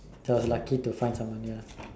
so I was lucky to find someone